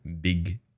big